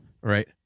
Right